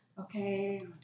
Okay